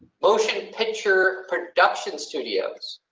motion and picture production studios.